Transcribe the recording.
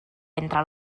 entra